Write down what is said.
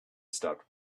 stopped